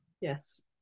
Yes